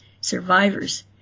survivors